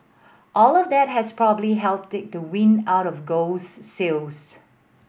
all of that has probably helped take the wind out of gold's sails